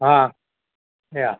હા એ હા